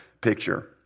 picture